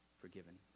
forgiven